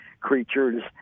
creatures